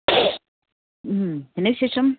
എന്താണ് വിശേഷം